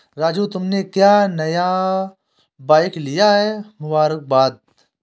राजू तुमने नया बाइक लिया है मुबारकबाद